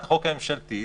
החוק הממשלתית